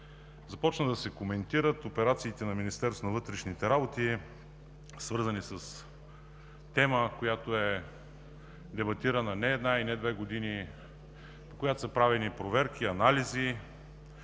започнаха да се коментират операциите на Министерството на вътрешните работи, свързани с тема, която е дебатирана не една и не две години, по която са правени проверки и анализи,